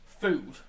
Food